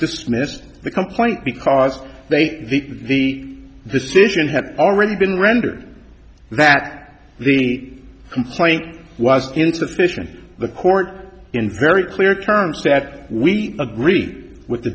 dismissed the complaint because they the decision had already been rendered that the complaint was insufficient the court in very clear terms that we agree with the